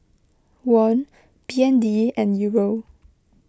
Won B N D and Euro